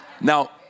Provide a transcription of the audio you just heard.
Now